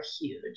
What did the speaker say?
huge